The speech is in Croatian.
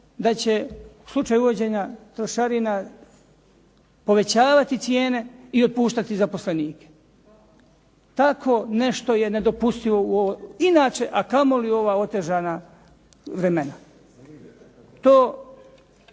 da će u slučaju uvođenja trošarina povećavati cijene i otpuštati zaposlenike. Takvo nešto je nedopustivo u ovo, inače, a kamo li u ova otežana vremena. To